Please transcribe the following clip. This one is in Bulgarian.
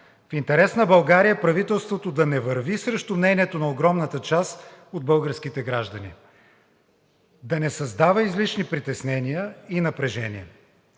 В интерес на България е правителството да не върви срещу мнението на огромната част от българските граждани, да не създава излишни притеснения и напрежение.